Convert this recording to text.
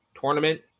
tournament